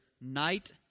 Night